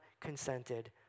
consented